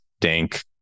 dank